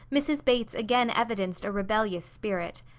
mrs. bates again evidenced a rebellious spirit.